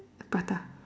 prata